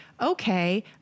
okay